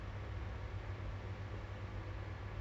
only now [what] I get to see you so